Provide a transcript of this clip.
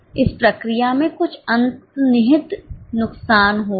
इस प्रक्रिया में कुछ अंतर्निहित नुकसान होगा